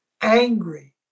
angry